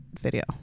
video